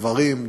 קברים,